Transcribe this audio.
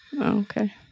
okay